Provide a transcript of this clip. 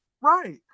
Right